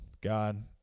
god